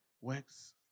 works